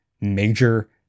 major